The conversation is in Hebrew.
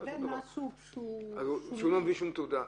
--- לגבי משהו --- הוא לא מביא שום תעודה.